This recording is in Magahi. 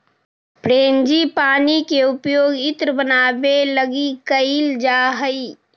फ्रेंजीपानी के उपयोग इत्र बनावे लगी कैइल जा हई